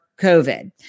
COVID